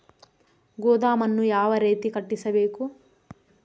ಗೋದಾಮನ್ನು ಯಾವ ರೇತಿ ಕಟ್ಟಿಸಬೇಕು?